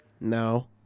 No